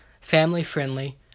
family-friendly